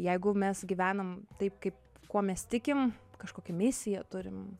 jeigu mes gyvenam taip kaip kuo mes tikim kažkokią misiją turim